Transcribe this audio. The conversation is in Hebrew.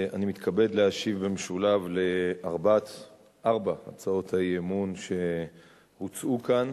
אני מתכבד להשיב במשולב על ארבע הצעות האי-אמון שהוצעו כאן